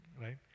right